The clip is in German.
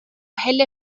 helle